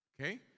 Okay